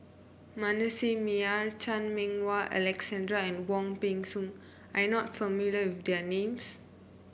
Manasseh Meyer Chan Meng Wah Alexander and Wong Peng Soon are you not familiar with their names